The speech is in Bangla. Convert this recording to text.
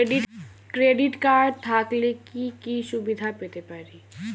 ক্রেডিট কার্ড থাকলে কি কি সুবিধা পেতে পারি?